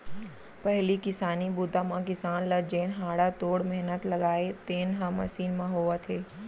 पहिली किसानी बूता म किसान ल जेन हाड़ा तोड़ मेहनत लागय तेन ह मसीन म होवत हे